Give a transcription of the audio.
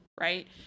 right